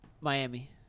Miami